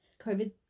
COVID